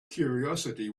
curiosity